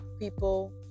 people